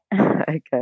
Okay